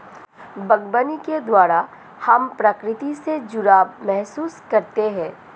बागवानी के द्वारा हम प्रकृति से जुड़ाव महसूस करते हैं